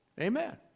Amen